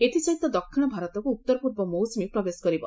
ଏଥିସହିତ ଦକ୍ଷିଣ ଭାରତକୁ ଉତ୍ତର ପୂର୍ବ ମୌସୁମୀ ପ୍ରବେଶ କରିବ